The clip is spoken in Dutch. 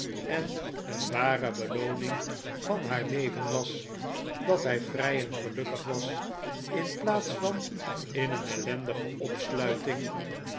en een ware belooning van haar leven was dat hij vrij en gelukkig was in plaats van in een ellendige opsluiting